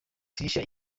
tricia